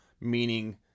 meaning